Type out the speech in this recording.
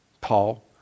Paul